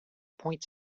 point